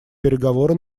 переговоры